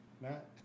matt